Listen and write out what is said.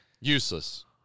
Useless